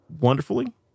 wonderfully